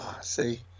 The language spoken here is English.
See